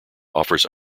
offers